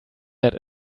that